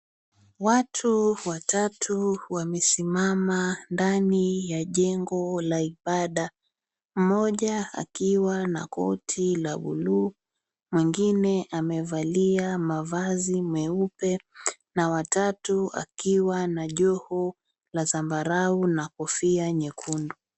Watu watatu wamesimama ndani ya jengo la ibada. Mmoja akiwa na koti la buluu, mwingine amevalia mavazi meupe na wa tatu akiwa na joho la zambarau na kofia nyekundu.